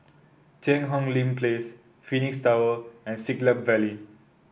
Cheang Hong Lim Place Phoenix Tower and Siglap Valley